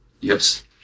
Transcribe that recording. Yes